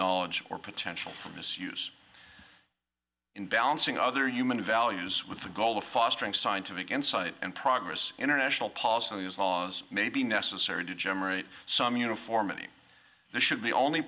knowledge or potential for misuse in balancing other human values with the goal of fostering scientific insight and progress international pausanias laws may be necessary to generate some uniformity that should be only